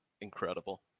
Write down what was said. Incredible